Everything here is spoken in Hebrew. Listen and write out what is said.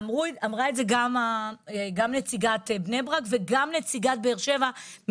אמרה את זה גם נציגת בני ברק וגם נציגת באר שבע.